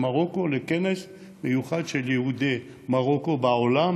מרוקו לכנס מיוחד של יהודי מרוקו בעולם,